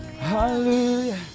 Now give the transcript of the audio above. hallelujah